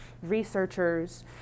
researchers